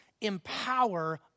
empower